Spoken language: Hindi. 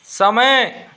समय